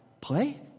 play